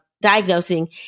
diagnosing